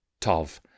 Tov